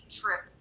trip